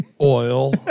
oil